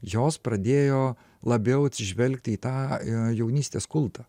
jos pradėjo labiau atsižvelgti į tą jaunystės kultą